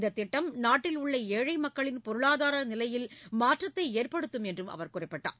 இந்தத் திட்டம் நாட்டில் உள்ள ஏழை மக்களின் பொருளாதார நிலையில் மாற்றத்தை ஏற்படுத்தும் என்றும் அவர் குறிப்பிட்டார்